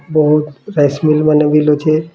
ବହୁତ rice mill ମାନେ ଅଛେ